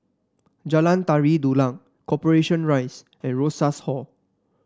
Jalan Tari Dulang Corporation Rise and Rosas Hall